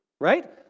right